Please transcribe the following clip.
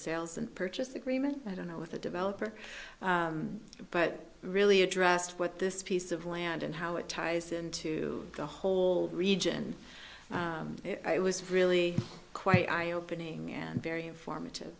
sales and purchase agreement i don't know if the developer but really addressed what this piece of land and how it ties into the whole region it was really quite eye opening and very informative